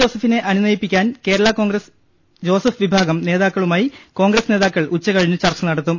ജോസഫിനെ അനുനയിപ്പിക്കാൻ കേരള കോൺഗ്രസ് ജോസഫ് വിഭാഗം നേതാക്കളുമായി കോൺഗ്രസ് നേതാക്കൾ ഉച്ചകഴിഞ്ഞ് ചർച്ചനടത്തും